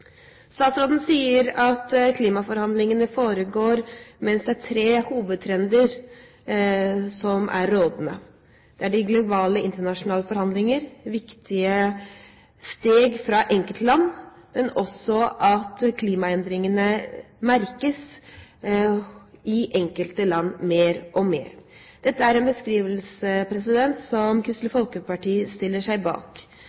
Statsråden sier at mens klimaforhandlingene foregår, er det tre hovedtrender som er rådende: Det er de globale internasjonale forhandlinger, viktige steg i enkeltland, men også at klimaendringene mer og mer merkes i enkelte land. Dette er en beskrivelse som Kristelig Folkeparti stiller seg bak.